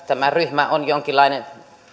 tämä ryhmä on jonkinlainen